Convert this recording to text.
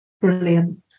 Brilliant